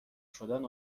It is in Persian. شدن